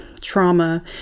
trauma